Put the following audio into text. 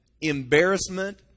embarrassment